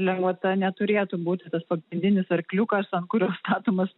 lengvata neturėtų būti pagrindinis arkliukas ant kurio statomas